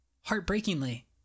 heartbreakingly